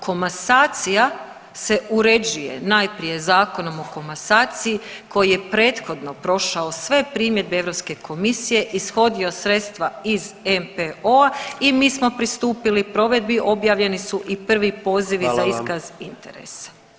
Komasacija se uređuje najprije Zakonom o komasaciji koji je prethodno prošao sve primjedbe Europske komisije, ishodio sredstva iz NPOO-a i mi smo pristupili provedbi, objavljeni su i prvi pozivi za iskaz interesa.